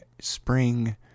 Spring